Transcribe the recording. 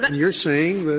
and you are saying,